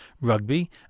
rugby